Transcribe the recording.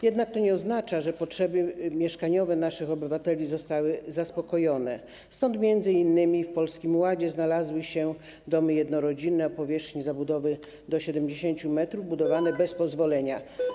Jednak to nie oznacza, że potrzeby mieszkaniowe naszych obywateli zostały zaspokojone, stąd m.in. w Polskim Ładzie znalazły się domy jednorodzinne o powierzchni zabudowy do 70 m budowane bez pozwolenia.